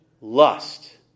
lust